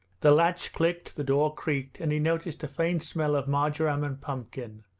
the latch clicked, the door creaked, and he noticed a faint smell of marjoram and pumpkin,